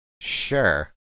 sure